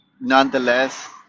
nonetheless